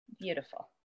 Beautiful